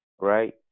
right